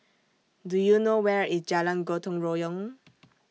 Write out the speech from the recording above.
Do YOU know Where IS Jalan Gotong Royong